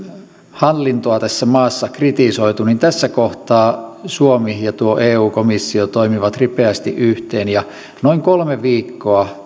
hallintoa tässä maassa kritisoitu niin tässä kohtaa suomi ja tuo eu komissio toimivat ripeästi yhteen ja noin kolme viikkoa